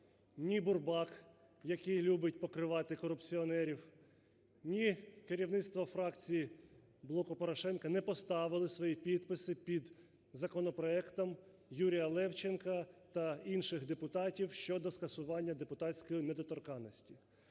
ні Бурбак, який любить покривати корупціонерів, ні керівництво фракції "Блоку Порошенка" не поставили свої підписи під законопроектом Юрія Левченка та інших депутатів щодо скасування депутатської недоторканності.